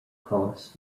kos